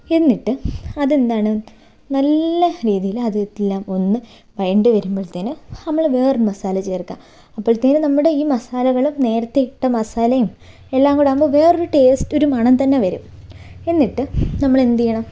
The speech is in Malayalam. എന്നിട്ട് അതെന്താണ് നല്ല രീതിയിൽ അത് എല്ലാം ഒന്ന് വഴണ്ട് വരുമ്പോളത്തേന് നമ്മൾ വേറൊരു മസാല ചേർക്കുക അപ്പോഴത്തെന് നമ്മുടെ ഈ മസാലകൾ നേരത്തെ ഇട്ട മസാലയും എല്ലാം കൂടെ ആകുമ്പോൾ വേറൊരു ടേസ്റ്റ് ഒരു മണം തന്നെ വരും എന്നിട്ട് നമ്മൾ എന്തുചെയ്യണം